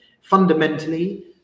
fundamentally